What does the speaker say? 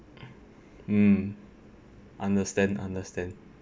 um understand understand